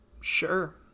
Sure